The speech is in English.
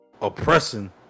oppressing